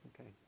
Okay